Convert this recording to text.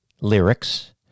lyrics